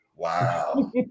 Wow